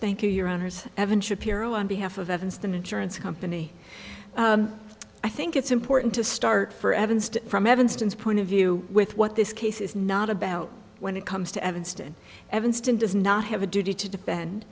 thank you your honors evan shapiro on behalf of evanston insurance company i think it's important to start for evanston from evanston point of view with what this case is not about when it comes to evanston evanston does not have a duty to defend